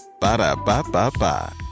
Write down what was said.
Ba-da-ba-ba-ba